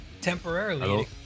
temporarily